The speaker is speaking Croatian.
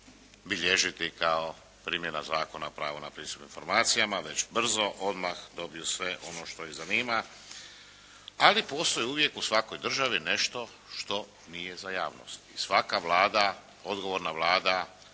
bilježiti kao primjenu Zakona o pravu na pristup informacijama, već brzo odmah dobiju sve ono što ih zanima. Ali postoji uvijek u svakoj državi nešto što nije za javnost. I svaka Vlada, odgovorna Vlada